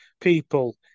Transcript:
people